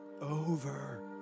Over